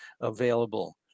available